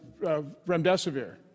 remdesivir